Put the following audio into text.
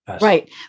Right